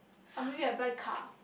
or maybe I buy car